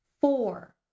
four